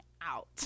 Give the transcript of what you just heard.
out